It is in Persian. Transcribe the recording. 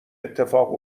اتفاق